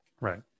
Right